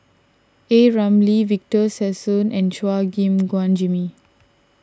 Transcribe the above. A Ramli Victor Sassoon and Chua Gim Guan Jimmy